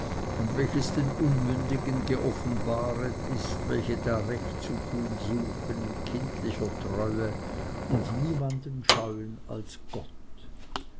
und welches den unmündigen geoffenbaret ist welche da recht zu tun suchen in kindlicher treue und niemanden scheuen als gott